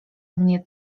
mnie